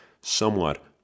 somewhat